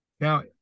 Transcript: Now